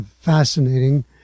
fascinating